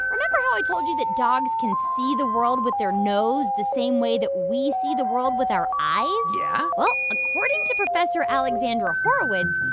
remember how i told you that dogs can see the world with their nose the same way that we see the world with our eyes? yeah well, according to professor alexandra horowitz,